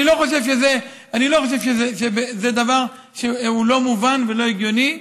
אני לא חושב שזה דבר שהוא לא מובן ולא הגיוני.